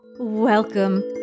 Welcome